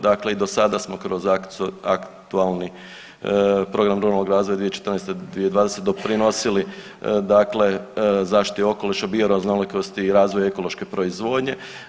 Dakle i do sada smo kroz aktualni Program ruralnog razvoja 2014.-2020. doprinosili, dakle zaštiti okoliša, bioraznolikosti, razvoja ekološke proizvodnje.